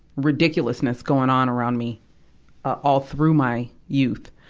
ridiculousness going on around me all through my youth.